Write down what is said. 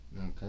Okay